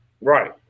Right